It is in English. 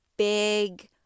Big